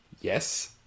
Yes